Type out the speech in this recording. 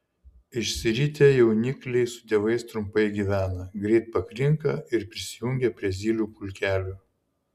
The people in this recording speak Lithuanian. išsiritę jaunikliai su tėvais trumpai gyvena greit pakrinka ir prisijungia prie zylių pulkelių